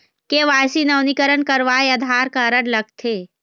KYC नवीनीकरण करवाये Aadhaar card लगथे?